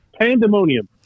pandemonium